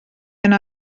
yna